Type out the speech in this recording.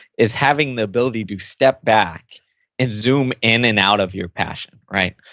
is having the ability to step back and zoom in and out of your passion. right?